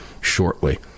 shortly